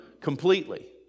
completely